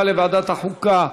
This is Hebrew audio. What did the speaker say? לוועדת החוקה,